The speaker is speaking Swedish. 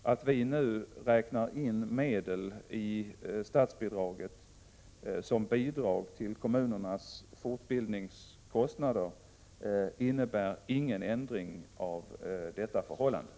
Att vi nu räknar in medel i statsbidraget som bidrag till kommunernas fortbildningskostnader innebär ingen ändring av det förhållandet.